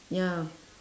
ya